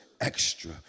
extra